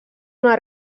una